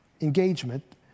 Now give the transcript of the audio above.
engagement